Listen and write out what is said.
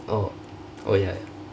oh oh ya